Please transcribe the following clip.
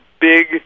big